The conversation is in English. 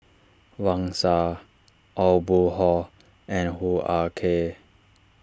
Wang Sha Aw Boon Haw and Hoo Ah Kay